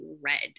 red